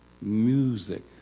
music